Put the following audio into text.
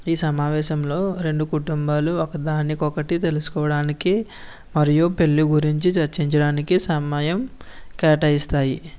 ఈ సమావేశంలో రెండు కుటుంబాలు ఒకదానికి ఒకటి తెలుసుకోవడానికి మరియు పెళ్లి గురించి చర్చించడానికి సమయం కేటాయిస్తాయి